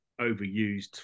overused